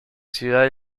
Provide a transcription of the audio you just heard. ciudad